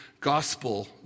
gospel